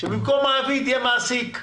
שבמקום מעביד יהיה מעסיק,